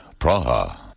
Praha